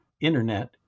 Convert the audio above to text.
Internet